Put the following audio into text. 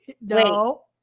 No